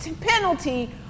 penalty